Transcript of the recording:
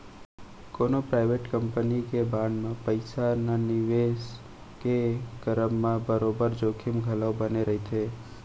कोनो private company के bond म पइसा न निवेस के करब म बरोबर जोखिम घलौ बनेच रहिथे